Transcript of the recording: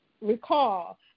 recall